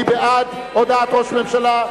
מי בעד הודעת ראש הממשלה?